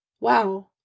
wow